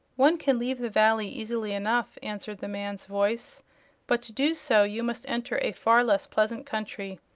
one can leave the valley easily enough, answered the man's voice but to do so you must enter a far less pleasant country.